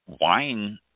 wine